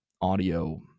audio